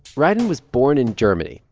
rieden was born in germany.